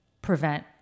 prevent